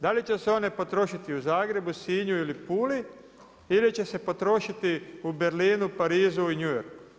Da li će se one potrošiti u Zagrebu, Sinju ili Puli ili će se potrošiti u Berlinu, Parizu i New Yorku?